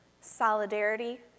solidarity